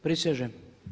Prisežem.